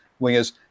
wingers